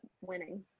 winning